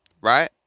right